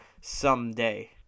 someday